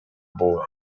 boy